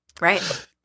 Right